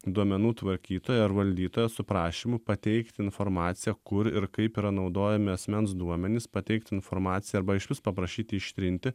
duomenų tvarkytoją ar valdytoją su prašymu pateikti informaciją kur ir kaip yra naudojami asmens duomenys pateikti informaciją arba išvis paprašyti ištrinti